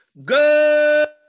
Good